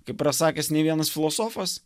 kaip yra sakęs ne vienas filosofas